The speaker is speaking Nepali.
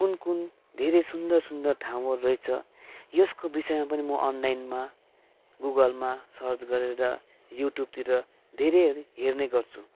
कुन कुन धेरै सुन्दर सुन्दर ठाउँहरू रैछ यसको विषयमा पनि म अनलाइनमा गुगलमा सर्च गरेर युट्युबतिर धेरै हेर्ने गर्छु